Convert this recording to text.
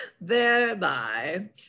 Thereby